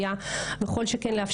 יש תכנית חדשה שנכתבת, אני יושבת